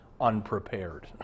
unprepared